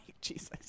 Jesus